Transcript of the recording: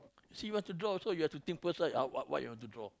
see you what to draw also you have to think first right uh what what you want to draw